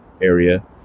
area